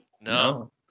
No